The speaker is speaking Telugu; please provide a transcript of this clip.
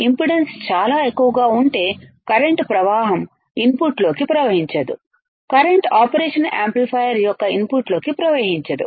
ఇంపిడెన్స్చాలా ఎక్కువగా ఉంటే కరెంటు ప్రవాహం ఇన్పుట్లలోకి ప్రవహించదు కరెంటు ఆపరేషన్ యాంప్లిఫైయర్ యొక్క ఇన్పుట్లోకి ప్రవహించదు